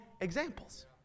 examples